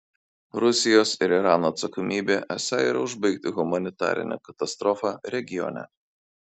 rusijos ir irano atsakomybė esą yra užbaigti humanitarinę katastrofą regione